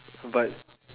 but